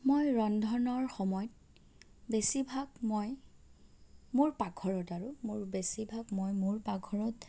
মই ৰন্ধনৰ সময়ত বেছিভাগ মই মোৰ পাকঘৰত আৰু মোৰ বেছিভাগ মই মোৰ পাকঘৰত